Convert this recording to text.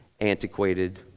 antiquated